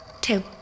two